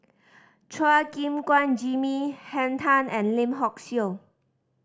Chua Gim Guan Jimmy Henn Tan and Lim Hock Siew